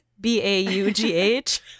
b-a-u-g-h